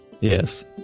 Yes